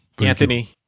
Anthony